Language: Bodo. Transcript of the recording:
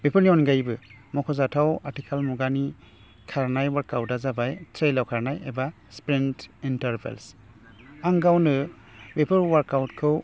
बेफोरनि अनगायैबो मख'जाथाव आथिखाल मुगानि वार्कआवोटआ जाबाय ट्रेलाव खारनाय एबा स्पेन इन्टारप्राइस आं गावनो बेफोर वार्कआवोटखौ